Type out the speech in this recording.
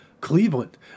Cleveland